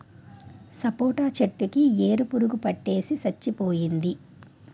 సపోటా చెట్టు కి ఏరు పురుగు పట్టేసి సచ్చిపోయింది